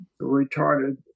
retarded